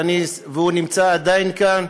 והוא נמצא עדיין כאן.